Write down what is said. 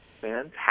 Fantastic